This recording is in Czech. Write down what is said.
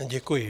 Děkuji.